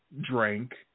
drank